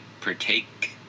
partake